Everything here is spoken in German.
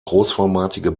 großformatige